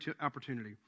opportunity